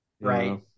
Right